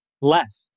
left